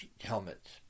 helmets